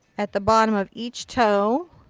at the bottom of each toe.